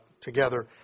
together